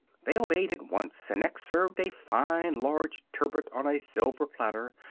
they obeyed at once, and next served a fine large turbot on a silver platter,